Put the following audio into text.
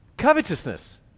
Covetousness